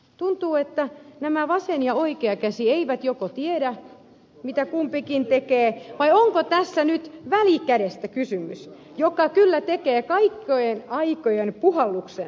tuntuu että nämä vasen ja oikea käsi eivät joko tiedä mitä kumpikin tekee vai onko tässä nyt välikädestä kysymys joka kyllä tekee kaikkien aikojen puhalluksen